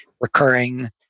recurring